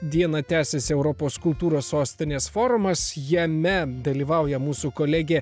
dieną tęsiasi europos kultūros sostinės forumas jame dalyvauja mūsų kolegė